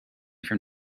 from